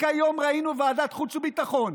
רק היום ראינו בוועדת החוץ והביטחון